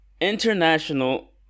International